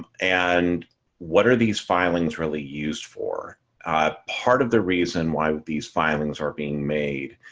and what are these filings really used for part of the reason why these filings are being made.